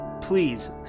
Please